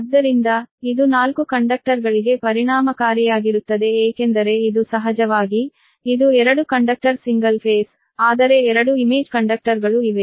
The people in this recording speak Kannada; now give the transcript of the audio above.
ಆದ್ದರಿಂದ ಇದು 4 ಕಂಡಕ್ಟರ್ಗಳಿಗೆ ಪರಿಣಾಮಕಾರಿಯಾಗಿರುತ್ತದೆ ಏಕೆಂದರೆ ಇದು ಸಹಜವಾಗಿ ಇದು 2 ಕಂಡಕ್ಟರ್ ಸಿಂಗಲ್ ಫೇಸ್ ಆದರೆ 2 ಇಮೇಜ್ ಕಂಡಕ್ಟರ್ಗಳು ಇವೆ